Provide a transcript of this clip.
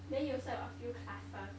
then you also have a few classes